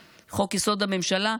חוק-יסוד: הממשלה,